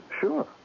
Sure